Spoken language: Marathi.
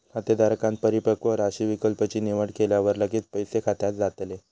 खातेधारकांन परिपक्व राशी विकल्प ची निवड केल्यावर लगेच पैसे खात्यात जातले